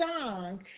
song